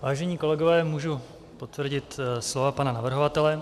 Vážení kolegové, můžu potvrdit slova pana navrhovatele.